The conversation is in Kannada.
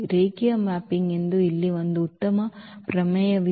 ರೇಖೀಯ ಮ್ಯಾಪಿಂಗ್ ಎಂದು ಇಲ್ಲಿ ಒಂದು ಉತ್ತಮ ಪ್ರಮೇಯವಿದೆ